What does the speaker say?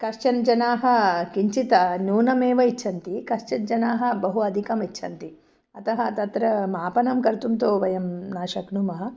कश्चन जनाः किञ्चित् न्यूनमेव इच्छन्ति कश्चित् जनाः बहु अधिकम् इच्छन्ति अतः तत्र मापनं कर्तुं तु वयं न शक्नुमः